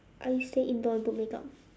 I stay indoor and put makeup